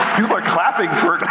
are clapping for